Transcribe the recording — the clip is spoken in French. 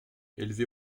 élevé